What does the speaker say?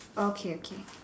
okay okay